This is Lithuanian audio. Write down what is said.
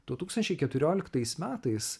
du tūkstančiai keturioliktais metais